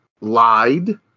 lied